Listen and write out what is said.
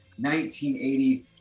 1980